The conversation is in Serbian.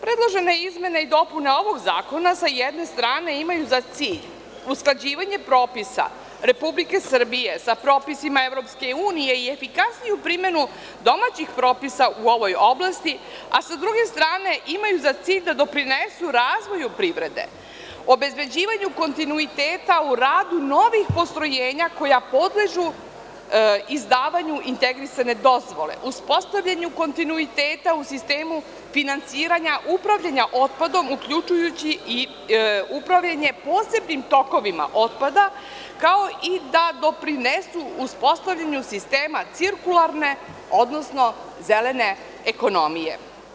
Predložene izmene i dopune ovog zakona sa jedne strane imaju za cilj usklađivanje propisa Republike Srbije sa propisima EU i efikasniju primenu domaćih propisa u ovoj oblasti, a sa druge strane imaju za cilj da doprinesu razvoju privrede, obezbeđivanju kontinuiteta u radu novih postrojenja koja podležu izdavanju integrisane dozvole, uspostavljanju kontinuiteta u sistemu finansiranja upravljanja otpadom, uključujući i upravljanje posebnim tokovima otpada, kao i da doprinesu uspostavljanju sistema cirkularne, odnosno zelene ekonomije.